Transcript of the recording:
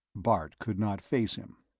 bart could not face him.